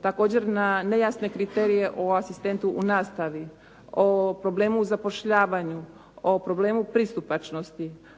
Također na nejasne kriterije o asistentu u nastavi, o problemu u zapošljavanju, o problemu pristupačnosti,